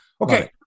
Okay